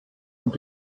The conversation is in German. und